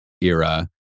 era